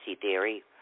theory